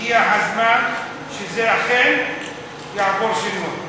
הגיע הזמן שזה אכן יעבור שינוי.